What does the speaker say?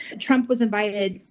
trump was invited,